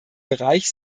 bereich